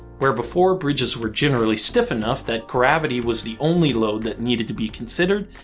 where, before, bridges were generally stiff enough that gravity was the only load that needed to be considered,